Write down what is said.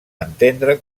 entendre